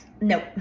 No